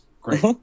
great